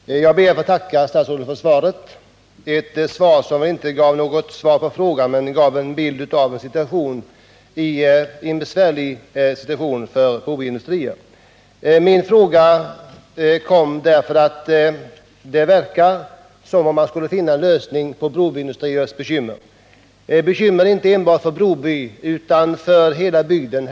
Herr talman! Jag ber att få tacka herr statsrådet för svaret — som inte gav något svar på frågan men som gav en bild av en besvärlig situation för Broby Industrier. Min fråga ställdes därför att det verkar som om man skulle kunna finna en lösning på Broby Industriers bekymmer — bekymmer inte enbart för Broby utan för hela bygden.